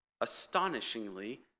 Astonishingly